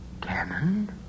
Cannon